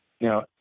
Now